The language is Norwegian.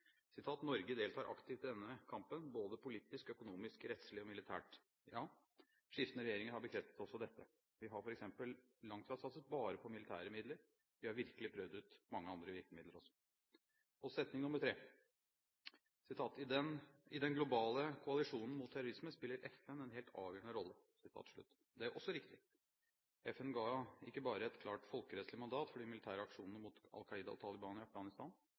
deltar aktivt i denne kampen, både politisk, økonomisk, rettslig og militært.» Ja, skiftende regjeringer har bekreftet også dette. Vi har f.eks. langt fra satset bare på militære midler; vi har virkelig prøvd ut mange andre virkemidler også. Setning nr. 3: «I den globale koalisjonen mot terrorisme spiller FN en helt avgjørende rolle.» Det er også riktig. FN ga ikke bare et klart folkerettslig mandat for de militære aksjonene mot Al Qaida og Taliban i Afghanistan.